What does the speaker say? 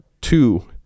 two